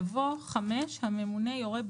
יבוא: "(5) הממונה יורה,